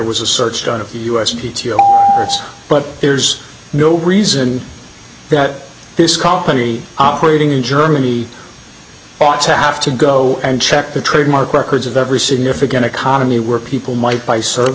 was a search done to us but there's no reason that this company operating in germany ought to have to go and check the trademark records of every significant economy where people might buy service